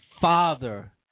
father